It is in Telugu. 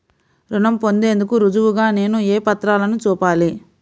రుణం పొందేందుకు రుజువుగా నేను ఏ పత్రాలను చూపాలి?